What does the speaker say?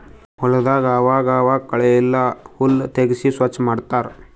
ಹೊಲದಾಗ್ ಆವಾಗ್ ಆವಾಗ್ ಕಳೆ ಇಲ್ಲ ಹುಲ್ಲ್ ತೆಗ್ಸಿ ಸ್ವಚ್ ಮಾಡತ್ತರ್